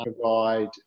provide